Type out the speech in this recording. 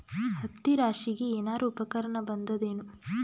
ಹತ್ತಿ ರಾಶಿಗಿ ಏನಾರು ಉಪಕರಣ ಬಂದದ ಏನು?